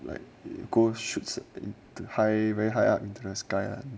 like go shoots to high very high up into the sky ah